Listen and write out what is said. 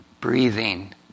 breathing